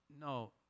No